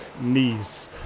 knees